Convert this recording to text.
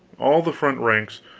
all the front ranks,